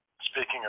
speaking